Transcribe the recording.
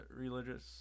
religious